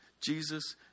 Jesus